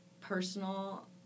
personal